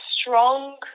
strong